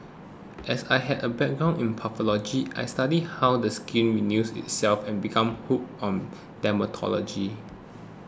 as I had a background in pathology I studied how the skin renews itself and became hooked on dermatology